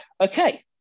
Okay